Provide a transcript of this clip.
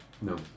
No